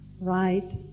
right